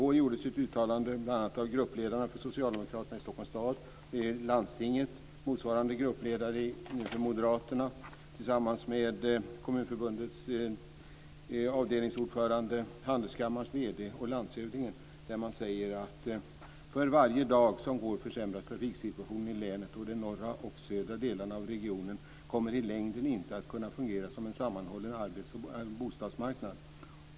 I går gjordes ett uttalande bl.a. av gruppledarna för Socialdemokraterna i Stockholms stad och i landstinget och motsvarande gruppledare hos Moderaterna tillsammans med Kommunförbundets avdelningsordförande, Handelskammarens vd och landshövdingen. Där säger man: "För varje dag som går försämras trafiksituationen i länet och de norra och södra delarna av regionen kommer i längden inte att kunna fungera som en sammanhållen arbets och bostadsmarknad".